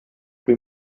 kui